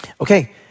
Okay